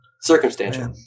Circumstantial